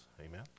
Amen